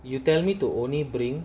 you tell me to only bring